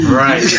right